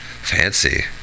Fancy